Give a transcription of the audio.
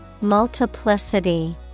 Multiplicity